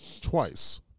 twice